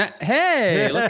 Hey